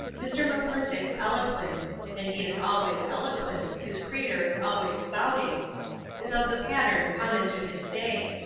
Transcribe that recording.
mr. mcclintock's eloquence and he is always eloquent, his crater is always spouting is of the pattern common to his day,